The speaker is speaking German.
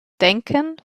denken